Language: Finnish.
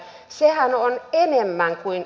sehän on enemmän kuin